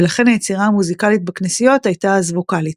ולכן היצירה המוזיקלית בכנסיות הייתה אז ווקאלית.